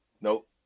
Nope